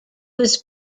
was